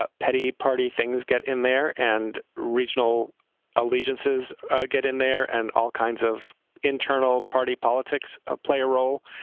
ah petty party things get in there and regional allegiances get in there. and all kinds of internal party politics ah play a role.